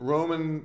Roman